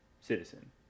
citizen